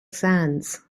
sands